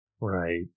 right